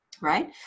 right